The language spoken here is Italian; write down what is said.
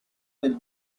del